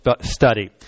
study